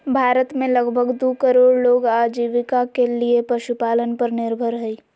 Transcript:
भारत में लगभग दू करोड़ लोग आजीविका के लिये पशुपालन पर निर्भर हइ